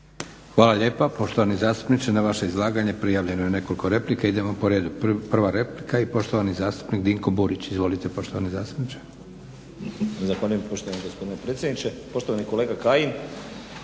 Hvala lijepa poštovani zastupniče. Na vaše izlaganje prijavljeno je nekoliko replika. Idemo po redu, prva replika i poštovani zastupnik Dinko Burić. Izvolite poštovani zastupniče.